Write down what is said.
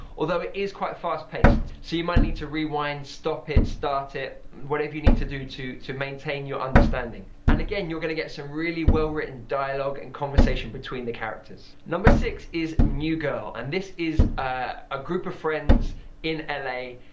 although it is quite fast-paced so you might need to rewind, stop it, start it whatever you need to do to to maintain your understanding. and again you are going to get some really well-written dialogue and conversation between the characters. number six is new girl and this is a group of friends in l a.